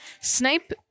snape